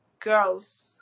girls